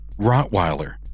Rottweiler